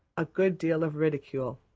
a good deal of ridicule.